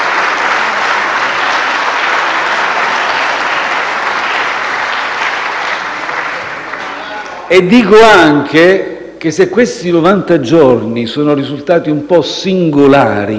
Dico anche che se questi novanta giorni sono risultati un po' singolari